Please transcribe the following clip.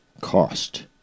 cost